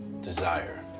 Desire